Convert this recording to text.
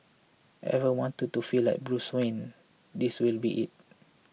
ever wanted to feel like Bruce Wayne this will be it